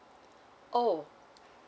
oh